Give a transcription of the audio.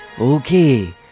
Okay